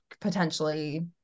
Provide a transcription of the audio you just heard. potentially